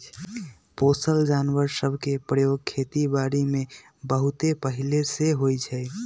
पोसल जानवर सभ के प्रयोग खेति बारीमें बहुते पहिले से होइ छइ